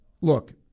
look